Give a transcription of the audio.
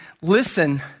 listen